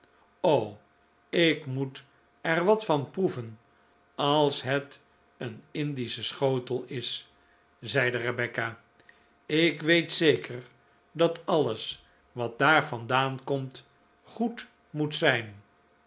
ik moet er wat van proeven als het een indische schotel is zeide rebecca ik weet zeker dat alles wat daar vandaan komt goed moet zijn